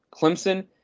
Clemson